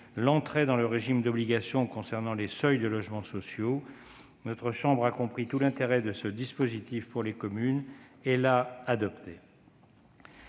l'entrée dans le régime d'obligation concernant les seuils de logements sociaux. Notre chambre a compris tout l'intérêt de ce dispositif pour les communes, et elle l'a adopté.